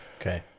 Okay